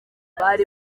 bari